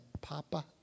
Papa